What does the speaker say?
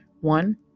One